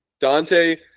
Dante